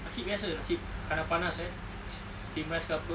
nasi biasa nasi panas-panas eh steam rice ke apa